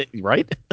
Right